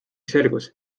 selgus